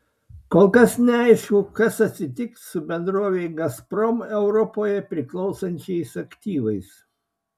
kol kas neaišku kas atsitiks su dabar bendrovei gazprom europoje priklausančiais aktyvais